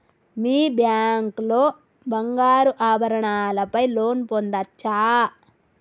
మీ bank లో బంగారు ఆభరణాల పై లోన్ పొందచ్చా?